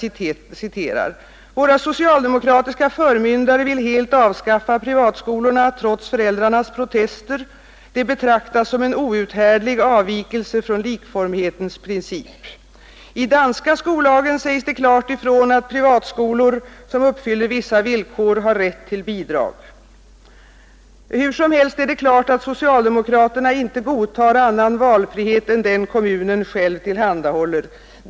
Det heter där: ”Våra socialdemokratiska förmyndare vill helt avskaffa privatskolorna trots föräldrarnas protester, de betraktas som en outhärdlig avvikelse från likformighetens princip. I danska skollagen sägs det klart ifrån att privatskolor som uppfyller vissa villkor har rätt till bidrag. ——— Hur som helst är det klart att socialdemokraterna inte godtar annan valfrihet än den kommunen själv tillhandahåller.